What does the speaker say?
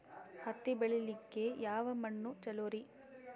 ಹತ್ತಿ ಬೆಳಿಲಿಕ್ಕೆ ಯಾವ ಮಣ್ಣು ಚಲೋರಿ?